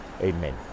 Amen